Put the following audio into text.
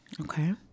okay